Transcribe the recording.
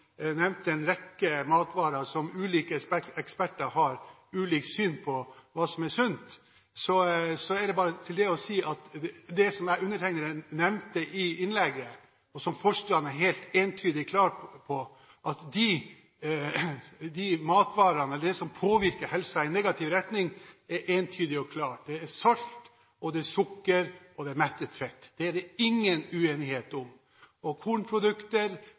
nevnte en rekke matvarer som ulike eksperter har ulikt syn på om er sunne. Til det er det bare å si at det som jeg nevnte i innlegget mitt, og matvarer forskerne er helt entydige og klare på at påvirker helsen i negativ retning, er salt, sukker og mettet fett. Det er det ingen uenighet om. Kornprodukter, frukt og grønt er det som påvirker helsen i positiv retning. Derfor er